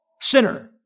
Sinner